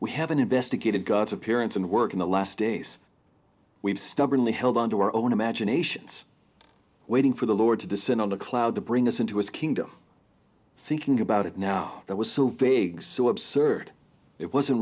we haven't investigated god's appearance and work in the last days we've stubbornly held onto our own imaginations waiting for the lord to descend on a cloud to bring us into his kingdom thinking about it now that was so big so absurd it wasn't